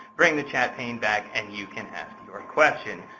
bring the chat team back, and you can ask your questions.